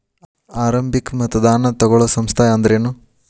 ಆರಂಭಿಕ್ ಮತದಾನಾ ತಗೋಳೋ ಸಂಸ್ಥಾ ಅಂದ್ರೇನು?